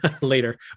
later